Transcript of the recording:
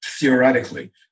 theoretically